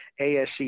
ASE